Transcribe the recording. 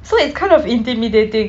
so it's kind of intimidating